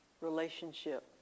relationship